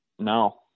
No